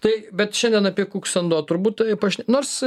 tai bet šiandien apie kuksando turbūt taip nors